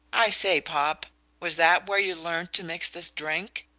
i say, popp was that where you learned to mix this drink?